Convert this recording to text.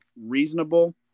reasonable